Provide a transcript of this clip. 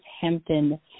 Hampton